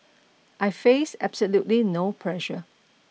I face absolutely no pressure